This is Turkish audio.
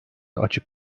açık